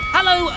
Hello